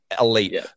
elite